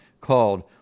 called